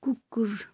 कुकुर